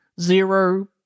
Zero